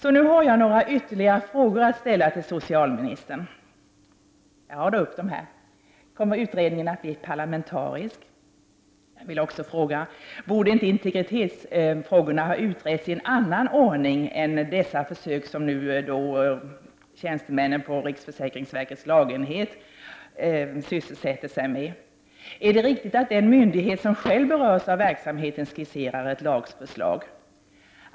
Jag har några ytterligare frågor att ställa till socialministern. Kommer utredningen att bli parlamentarisk? Borde inte integritetsfrågorna ha utretts på annat sätt än vid dessa försök som tjänstemännen på riksförsäkringsverkets lagenhet sysselsätter sig med? Är det riktigt att den myndighet som själv berörs av verksamheten skisserar ett lagförslag?